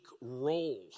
role